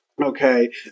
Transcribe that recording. okay